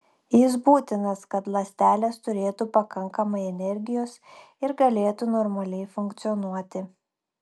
jis būtinas kad ląstelės turėtų pakankamai energijos ir galėtų normaliai funkcionuoti